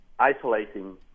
isolating